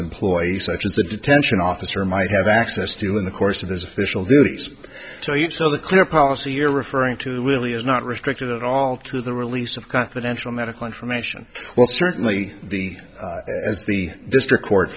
employee such as a detention officer might have access to in the course of his official duties to you so the clear policy you're referring to really is not restricted at all to the release of confidential medical information well certainly the as the district court